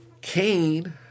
Cain